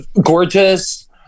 gorgeous